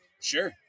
Sure